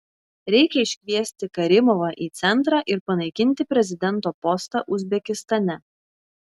reikia iškviesti karimovą į centrą ir panaikinti prezidento postą uzbekistane